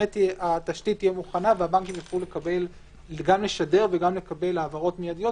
התשתית תהיה מוכנה והבנקים יוכלו גם לשדר וגם לקבל העברות מיידיות,